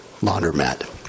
laundromat